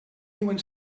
diuen